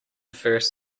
first